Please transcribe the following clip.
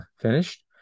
finished